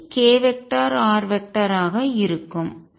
r ஆக இருக்கும்